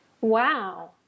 Wow